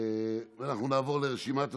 אנחנו נעבור לרשימת הדוברים.